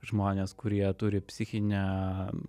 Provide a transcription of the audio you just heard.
žmones kurie turi psichinę